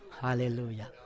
Hallelujah